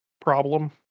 problem